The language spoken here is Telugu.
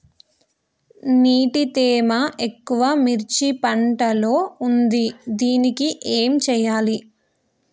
నీటి తేమ ఎక్కువ మిర్చి పంట లో ఉంది దీనికి ఏం చేయాలి?